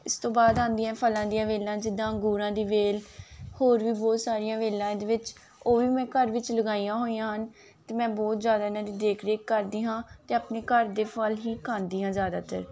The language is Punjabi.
ਇਸ ਤੋਂ ਬਾਅਦ ਆਉਂਦੀਆ ਫਲਾਂ ਦੀਆਂ ਵੇਲਾਂ ਜਿੱਦਾਂ ਅੰਗੂਰਾਂ ਦੀ ਵੇਲ ਹੋਰ ਵੀ ਬਹੁਤ ਸਾਰੀਆਂ ਵੇਲਾਂ ਇਹਦੇ ਵਿੱਚ ਉਹ ਵੀ ਮੈਂ ਘਰ ਵਿੱਚ ਲਗਾਈਆਂ ਹੋਈਆਂ ਹਨ ਅਤੇ ਮੈਂ ਬਹੁਤ ਜ਼ਿਆਦਾ ਇਹਨਾਂ ਦੀ ਦੇਖ ਰੇਖ ਕਰਦੀ ਹਾਂ ਅਤੇ ਆਪਣੇ ਘਰ ਦੇ ਫਲ ਹੀ ਖਾਂਦੀ ਆਂ ਜ਼ਿਆਦਾਤਰ